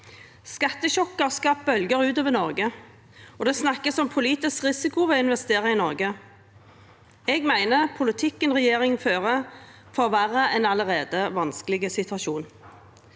Skattesjokket har skapt bølger utover Norge, og det snakkes om politisk risiko ved å investere i Norge. Jeg mener at politikken regjeringen fører, forverrer en allerede vanskelig situasjon.